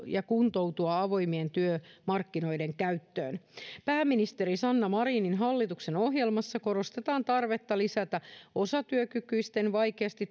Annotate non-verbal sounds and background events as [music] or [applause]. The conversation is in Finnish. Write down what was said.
ja kuntoutua avoimien työmarkkinoiden käyttöön pääministeri sanna marinin hallituksen ohjelmassa korostetaan tarvetta lisätä osatyökykyisten vaikeasti [unintelligible]